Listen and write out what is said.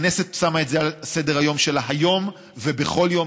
הכנסת שמה את זה על סדר-היום שלה היום ובכל יום,